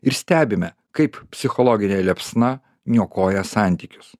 ir stebime kaip psichologinė liepsna niokoja santykius